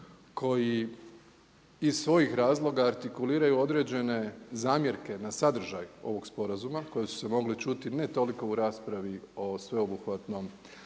koji iz svojih razloga artikuliraju određene zamjerke na sadržaj ovog sporazumije koje su se mogle čuti ne toliko u raspravi o sveobuhvatnom sporazumu